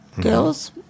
Girls